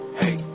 hey